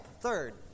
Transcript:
Third